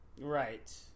Right